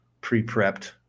pre-prepped